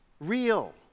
real